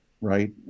right